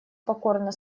покорно